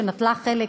שנטלה חלק,